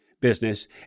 business